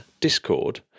Discord